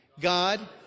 God